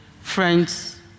friends